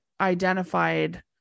identified